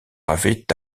avait